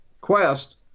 Quest